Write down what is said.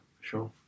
sure